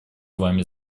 вами